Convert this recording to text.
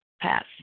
Pass